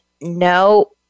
no